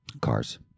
Cars